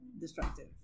destructive